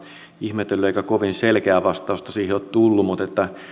ihmetellyt eikä kovin selkeää vastausta siihen ole tullut mutta